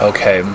Okay